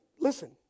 listen